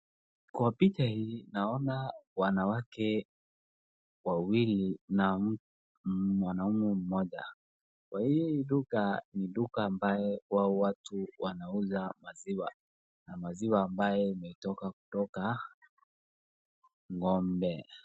Kwa picha hii naona wanawake wawili na mwanaume mmoja. Hii duka ni duka ambayo watu huwa wanauza maziwa na maziwa ambayo imetoka kutoka kwa ng'ombe.